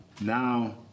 now